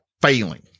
failing